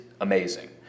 amazing